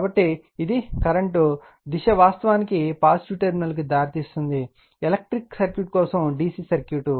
కాబట్టి ఇది కరెంట్ దిశ వాస్తవానికి పాజిటివ్ టెర్మినల్కు దారితీస్తుంది ఎలక్ట్రిక్ సర్క్యూట్ కోసం DC సర్క్యూట్